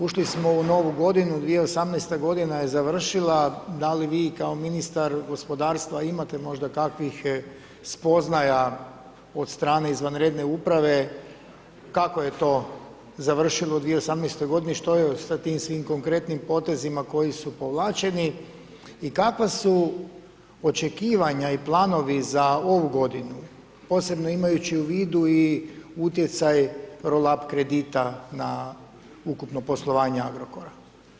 Ušli smo u novu godinu, 2018. godina je završila da li vi kao ministar gospodarstva imate možda kakvih spoznaja od strane izvanredne uprave kako je to završilo u 2018. godini, što je od sa svim tim konkretnim potezima koji su povlačeni i kakva su očekivanja i planovi za ovu godinu, posebno imajući u vidu i utjecaj rolap kredita na ukupno poslovanje Agrokora.